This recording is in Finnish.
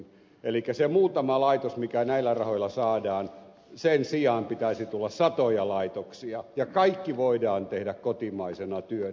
elikkä niiden muutaman laitoksen sijaan mitä näillä rahoilla saadaan pitäisi tulla satoja laitoksia ja kaikki voidaan tehdä kotimaisena työnä